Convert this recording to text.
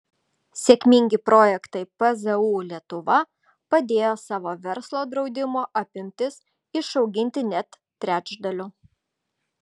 sėkmingi projektai pzu lietuva padėjo savo verslo draudimo apimtis išauginti net trečdaliu